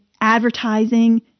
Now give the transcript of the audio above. advertising